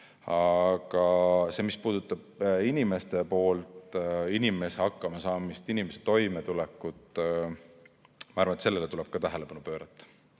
Aga see, mis puudutab inimeste poolt, inimeste hakkama saamist, inimeste toimetulekut, ma arvan, et sellele tuleb rohkem tähelepanu pöörata.